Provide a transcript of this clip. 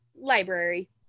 library